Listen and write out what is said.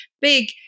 big